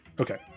Okay